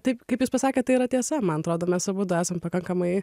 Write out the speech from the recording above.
taip kaip jis pasakė tai yra tiesa man atrodo mes abudu esam pakankamai